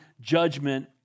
judgment